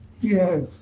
Yes